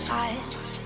eyes